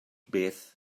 beth